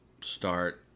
start